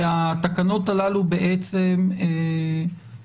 התקנות האלה מונות,